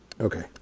Okay